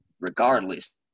regardless